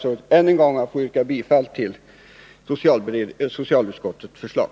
Jag ber än en gång att få yrka bifall till socialutskottets förslag.